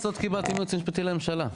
איזה עצות קיבלתי מהייעוץ המשפטי לממשלה?